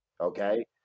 Okay